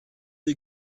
die